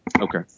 Okay